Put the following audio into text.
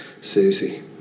Susie